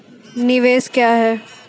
निवेश क्या है?